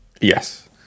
Yes